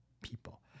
people